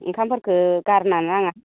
ओंखामफोरखो गारनो नाङा